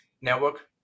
network